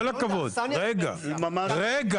מר וילן,